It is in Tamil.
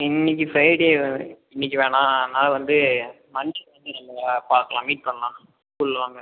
இன்னைக்கு ஃப்ரைடே வேறு இன்னைக்கு வேணாம் அதனால் வந்து மன்டே வந்து நம்ப பார்க்கலாம் மீட் பண்ணலாம் ஸ்கூலில் வாங்க